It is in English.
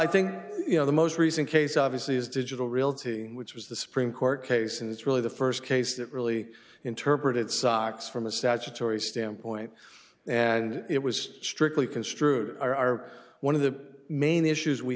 think you know the most recent case obviously is digital realty which was the supreme court case and it's really the st case that really interpreted sachs from a statutory standpoint and it was strictly construed are one of the main issues we